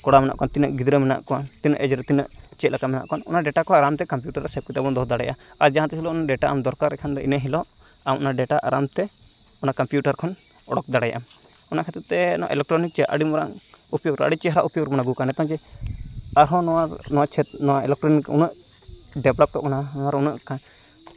ᱠᱚᱲᱟ ᱢᱮᱱᱟᱜ ᱠᱚᱣᱟ ᱛᱤᱱᱟᱹᱜ ᱜᱤᱫᱽᱨᱟᱹ ᱢᱮᱱᱟᱜ ᱠᱚᱣᱟ ᱛᱤᱱᱟᱹᱜ ᱮᱡᱽ ᱨᱮ ᱛᱤᱱᱟᱹᱜ ᱪᱮᱫ ᱞᱮᱠᱟ ᱢᱮᱱᱟᱜ ᱠᱚᱣᱟ ᱚᱱᱟ ᱰᱮᱴᱟ ᱠᱚ ᱟᱨᱟᱢ ᱛᱮ ᱠᱚᱢᱯᱤᱭᱩᱴᱟᱨ ᱨᱮ ᱥᱮᱵᱷ ᱠᱟᱛᱮ ᱵᱚᱱ ᱫᱚᱦᱚ ᱫᱟᱲᱮᱭᱟᱜᱼᱟ ᱟᱨ ᱡᱟᱦᱟᱸ ᱛᱤᱱ ᱦᱤᱞᱳᱜ ᱰᱮᱴᱟ ᱵᱚᱱ ᱫᱚᱨᱠᱟᱨᱮᱜ ᱠᱷᱟᱱ ᱫᱚ ᱤᱱᱟᱹ ᱦᱤᱞᱳᱜ ᱟᱢ ᱚᱱᱟ ᱰᱮᱴᱟ ᱟᱨᱟᱢ ᱛᱮ ᱚᱱᱟ ᱠᱚᱢᱯᱤᱭᱩᱴᱟᱨ ᱠᱷᱚᱱ ᱚᱰᱳᱠ ᱫᱟᱲᱮᱭᱟᱜ ᱟᱢ ᱚᱱᱟ ᱠᱷᱟᱹᱛᱤᱨ ᱛᱮ ᱚᱱᱟ ᱤᱞᱮᱠᱴᱨᱤᱠ ᱪᱮ ᱟᱹᱰᱤ ᱢᱟᱨᱟᱝ ᱩᱯᱭᱳᱜᱽ ᱟᱹᱰᱤ ᱪᱮᱦᱨᱟ ᱩᱯᱭᱳᱜᱽ ᱠᱟᱱᱟ ᱵᱚᱱ ᱱᱤᱛᱚᱝ ᱡᱮ ᱟᱨᱦᱚᱸ ᱱᱚᱣᱟ ᱤᱞᱮᱠᱴᱨᱚᱱᱤᱠ ᱩᱱᱟᱹᱜ ᱰᱮᱵᱷᱞᱚᱯ ᱠᱟᱱᱟ ᱟᱨ ᱩᱱᱟᱹᱜ ᱮᱱᱠᱷᱟᱱ